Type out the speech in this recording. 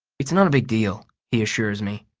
it's not a big deal, he assures me.